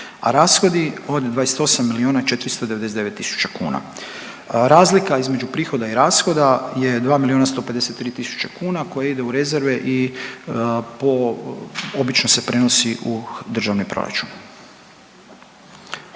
a rashodi od 28 miliona 499 tisuća kuna. Razlika između prihoda i rashoda je 2 miliona 153 tisuće kuna koje ide u rezerve i po obično se prenosi u državni proračun.